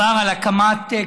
הכנסת,